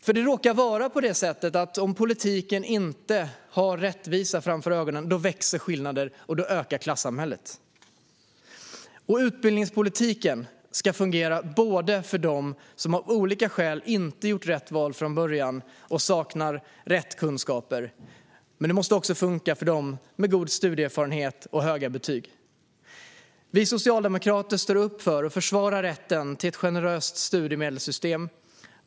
För det råkar vara på det sättet att om politiken inte har rättvisa för ögonen ökar skillnaderna, och då växer klassamhället. Utbildningspolitiken ska fungera för dem som av olika skäl inte har gjort rätt val från början eller som saknar rätt kunskaper, men den måste också funka för dem som har god studieerfarenhet eller höga betyg. Vi socialdemokrater står upp för och försvarar rätten till ett generöst studiemedelssystem.